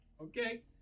Okay